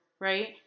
right